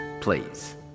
Please